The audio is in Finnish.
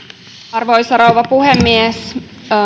arvoisa rouva puhemies